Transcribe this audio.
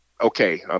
okay